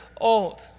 old